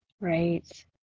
right